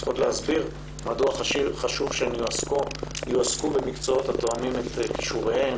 צריכות להסביר מדוע חשוב שהן יועסקו במקצועות התואמים את כישוריהן,